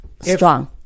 strong